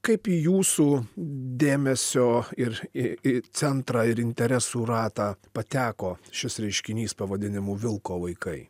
kaip į jūsų dėmesio ir į į centrą ir interesų ratą pateko šis reiškinys pavadinimu vilko vaikai